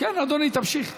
כן, אדוני, תמשיך.